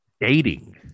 dating